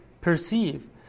perceive